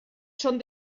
són